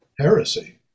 heresy